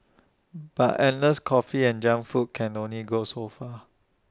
but endless coffee and junk food can only go so far